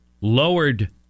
lowered